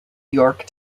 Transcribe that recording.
york